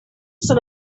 són